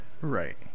Right